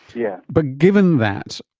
yeah but given that,